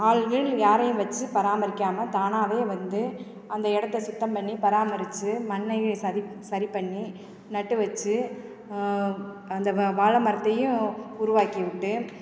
ஆள் கீள்னு யாரையும் வச்சு பராமரிக்காமல் தானாகவே வந்து அந்த இடத்த சுத்தம் பண்ணி பராமரித்து மண்ணையும் சதி சரிப் பண்ணி நட்டு வச்சு அந்த வ வாழை மரத்தையும் உருவாக்கிவிட்டு